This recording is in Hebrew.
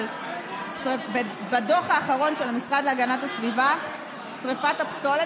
אבל בדוח האחרון של המשרד להגנת הסביבה שרפת הפסולת